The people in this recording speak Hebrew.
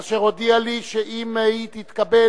אשר הודיעה לי שאם היא תתקבל,